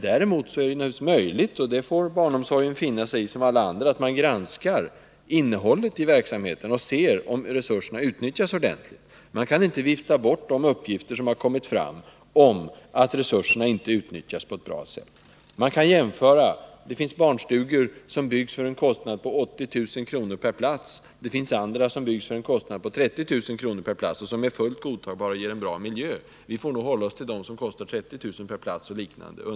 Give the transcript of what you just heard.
Däremot är det naturligtvis möjligt — det får barnomsorgen finna sig i, som alla andra verksamheter — att man granskar innehållet i verksamheten och ser om resurserna utnyttjas ordentligt. Man kan inte vifta bort de uppgifter som har kommit fram, om att resurserna inte utnyttjas på ett bra sätt. Man kan göra jämförelser. Det finns barnstugor som byggs för en kostnad av 80 000 kr. per plats, det finns andra som byggs för en kostnad av 30 000 kr. per plats, som är fullt godtagbara och ger en bra miljö. Vi får nog under en tid framåt lov att hålla oss till dem som kostar 30 000 kr. per plats och där omkring.